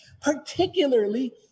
particularly